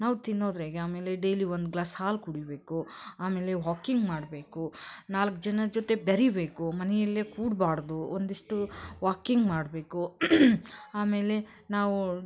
ನಾವು ತಿನ್ನೋದ್ರಾಗೆ ಆಮೇಲೆ ಡೇಲಿ ಒಂದು ಗ್ಲಾಸ್ ಹಾಲು ಕುಡಿಯಬೇಕು ಆಮೇಲೆ ವಾಕಿಂಗ್ ಮಾಡಬೇಕು ನಾಲ್ಕು ಜನದ ಜೊತೆ ಬೆರೀಬೇಕು ಮನೆಯಲ್ಲೆ ಕೂರ್ಬಾಡ್ದು ಒಂದಿಷ್ಟು ವಾಕಿಂಗ್ ಮಾಡಬೇಕು ಆಮೇಲೆ ನಾವು